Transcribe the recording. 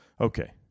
Okay